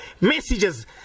messages